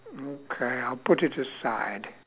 okay I'll put it aside